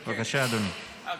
בבקשה, אדוני.